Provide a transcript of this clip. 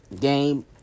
game